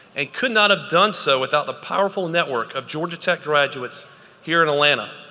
and could not have done so without the powerful network of georgia tech graduates here in atlanta.